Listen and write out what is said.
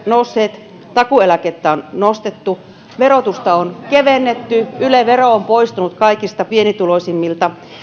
nousseet takuueläkettä on nostettu verotusta on kevennetty yle vero on poistunut kaikista pienituloisimmilta